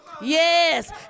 Yes